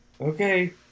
Okay